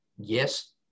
yes